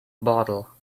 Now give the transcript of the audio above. bottle